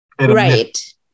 right